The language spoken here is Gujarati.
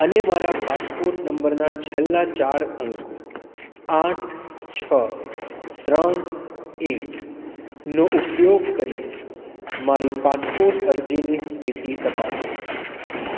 અને મારા પાસપોટ નંબરના છેલ્લા ચાર અંકો આઠ છ ત્રણ એકનો ઉપયોગ કરીને મારી પાસપોટ અરજીની સ્થિતિ તપાસો